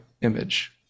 image